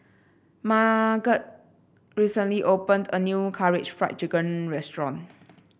Marget recently opened a new Karaage Fried Chicken Restaurant